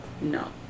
No